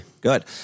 Good